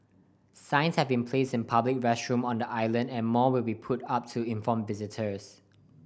signs have been placed in public restrooms on the island and more will be put up to inform visitors